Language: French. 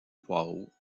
poirot